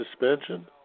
suspension